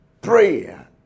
prayer